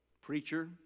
preacher